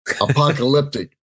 Apocalyptic